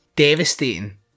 Devastating